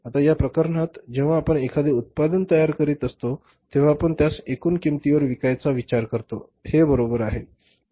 आता या प्रकरणात जेव्हा आपण एखादे उत्पादन तयार करीत असतो तेव्हा आपण त्यास एकूण किंमतीवर विकायचा विचार करतो हे बरोबर आहे